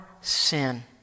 sin